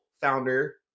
founder